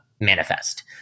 manifest